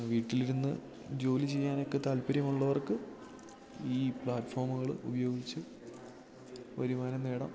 വീട്ടിലിരുന്നു ജോലി ചെയ്യാനൊക്കെ താല്പര്യമുള്ളവർക്ക് ഈ പ്ലാറ്റ്ഫോമുകൾ ഉപയോഗിച്ച് വരുമാനം നേടാം